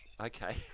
Okay